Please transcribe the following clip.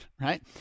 right